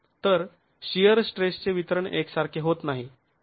तर शिअर स्ट्रेसचे वितरण एकसारखे होत नाही